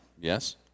Yes